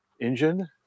engine